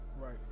Right